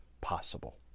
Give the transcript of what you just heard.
possible